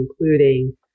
including